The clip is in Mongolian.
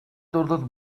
дурлал